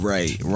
Right